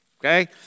Okay